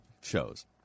shows